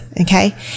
Okay